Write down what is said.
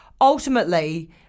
ultimately